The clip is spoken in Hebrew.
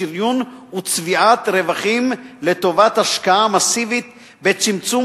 שריון ו'צביעת' רווחים לטובת השקעה מסיבית בצמצום